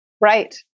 Right